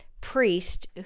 priest